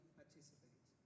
participate